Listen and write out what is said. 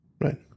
Right